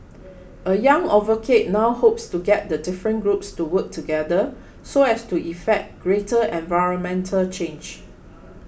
a young now hopes to get the different groups to work together so as to effect greater environmental change